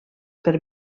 per